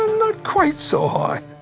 not quite so high!